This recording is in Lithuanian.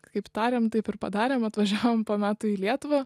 kaip tarėm taip ir padarėm atvažiavom po metų į lietuvą